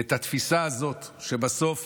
והתפיסה הזאת, שבסוף